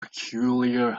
peculiar